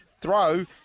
throw